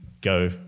go